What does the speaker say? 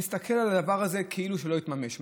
נסתכל על הדבר הזה כאילו לא התממש.